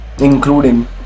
including